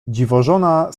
dziwożona